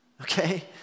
okay